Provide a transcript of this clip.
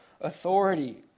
authority